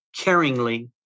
caringly